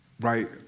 right